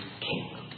king